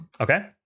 Okay